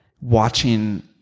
watching